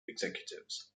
executives